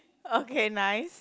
okay nice